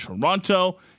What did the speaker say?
Toronto